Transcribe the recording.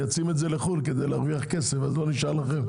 מייצאים את זה לחו"ל כדי להרוויח כסף ואז לא נשאר לכם.